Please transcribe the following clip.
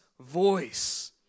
voice